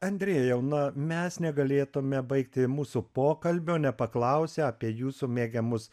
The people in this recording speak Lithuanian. andrejau na mes negalėtume baigti mūsų pokalbio nepaklausę apie jūsų mėgiamus